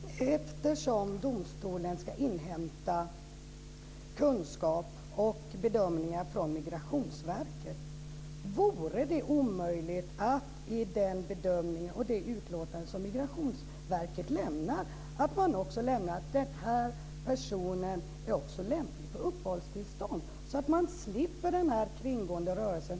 Herr talman! Eftersom domstolen ska inhämta kunskap och bedömningar från Migrationsverket, vore det då omöjligt att i den bedömningen och i det utlåtande som Migrationsverket lämnar också lämna besked om att den här personen dessutom är lämplig för uppehållstillstånd? På så sätt slipper man den kringgående rörelsen.